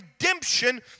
redemption